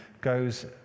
goes